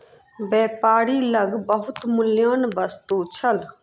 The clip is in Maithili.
व्यापारी लग बहुत मूल्यवान वस्तु छल